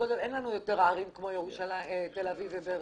אין לנו עוד ערים כמו תל-אביב ובאר-שבע.